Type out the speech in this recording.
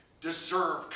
deserve